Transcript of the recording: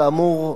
כאמור,